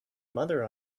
mother